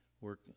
work